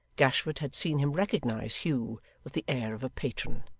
gashford had seen him recognise hugh with the air of a patron.